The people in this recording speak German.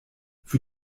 für